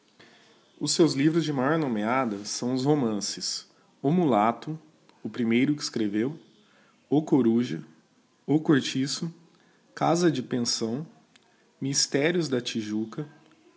os seus livros de maior nomeada são os romances o mulato o primeiro que escreveu o coruja o cortiço casa de pensão mysterios da tijuca